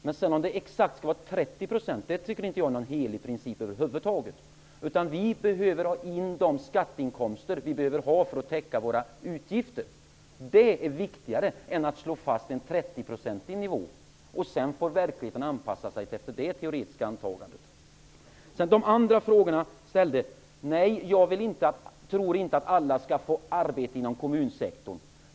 Jag tycker alltså inte att 30 % är någon helig nivå, utan vi skall ta in de skattepengar som vi behöver ha för att täcka våra utgifter. Det är viktigare än att slå fast en 30 procentsnivå. Sedan får verkligheten anpassa sig efter det teoretiska antagandet. Beträffande de andra frågor som ställts vill jag säga att jag inte tror att alla skall få arbete inom kommunsektorn.